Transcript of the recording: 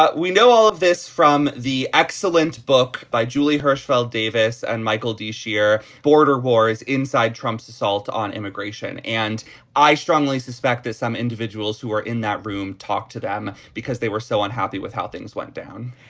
but we know all of this from the excellent book by julie hirschfeld davis and michael d shear border war is inside trump's assault on immigration. and i strongly suspect that some individuals who are in that room talk to them because they were so unhappy with how things went down.